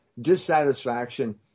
dissatisfaction